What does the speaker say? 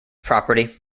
property